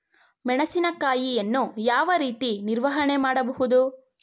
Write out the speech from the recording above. ಮೆಣಸಿನಕಾಯಿಯನ್ನು ಯಾವ ರೀತಿ ನಿರ್ವಹಣೆ ಮಾಡಬಹುದು?